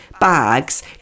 bags